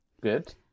good